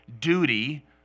duty